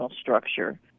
structure